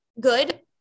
good